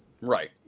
right